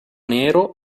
nero